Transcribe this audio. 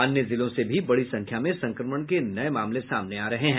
अन्य जिलों से भी बड़ी संख्या में संक्रमण के नये मामले सामने आ रहे हैं